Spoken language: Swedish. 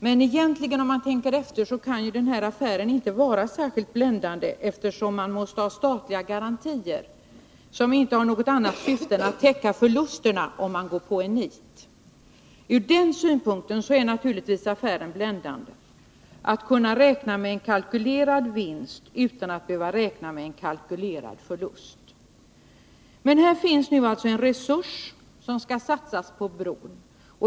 Men om vi tänker efter finner vi att inte kan denna affär vara särskilt bländande, eftersom man måste ha statliga garantier som inte har något annat syfte än att täcka förlusterna om man går på en nit. Ur den synpunkten är naturligtvis affären bländande. Tänk att kunna räkna med en kalkylerad vinst, utan att behöva räkna med en kalkylerad förlust! Här finns en resurs som skall satsas på bron.